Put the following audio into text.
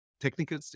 technical